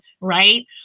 right